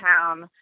town